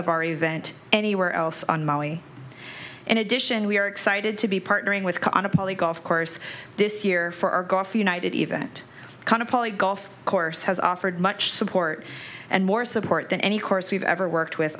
of our event anywhere else on maui in addition we are excited to be partnering with cars on a poly golf course this year for our golf united event campoli golf course has offered much support and more support than any course we've ever worked with